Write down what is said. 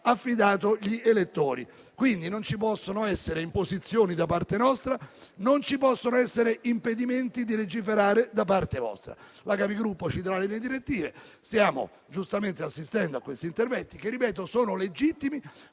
affidato gli elettori. Quindi, non ci possono essere imposizioni da parte nostra e non ci possono essere impedimenti a legiferare da parte vostra. La Conferenza dei Capigruppo ci darà le linee direttive. Stiamo, giustamente, assistendo a questi interventi che, lo ripeto, sono legittimi.